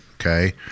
okay